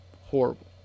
Horrible